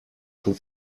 schon